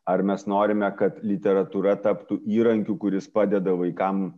ar mes norime kad literatūra taptų įrankiu kuris padeda vaikam